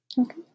Okay